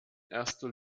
erster